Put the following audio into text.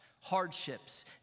hardships